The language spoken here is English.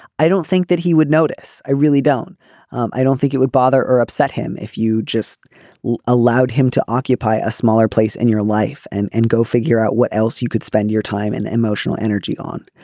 i don't think that he would notice. i really don't i don't think it would bother or upset him if you just allowed him to occupy a smaller place in your life and and go figure out what else you could spend your time and emotional energy on.